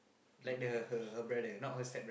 like the her her brother not her step